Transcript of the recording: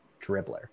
dribbler